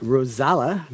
Rosala